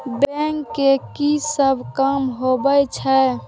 Bank के की सब काम होवे छे?